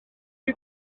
chi